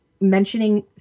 mentioning